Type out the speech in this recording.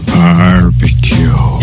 barbecue